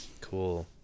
cool